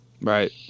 right